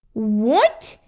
what?